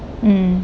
mm